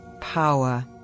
power